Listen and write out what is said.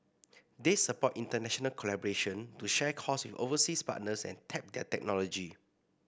they support international collaboration to share costs with overseas partners and tap their technology